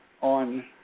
on